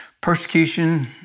persecution